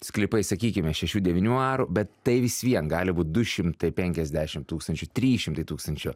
sklypai sakykime šešių devynių arų bet tai vis vien gali būt du šimtai penkiasdešim tūkstančių trys šimtai tūkstančių